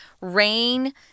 rain